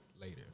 later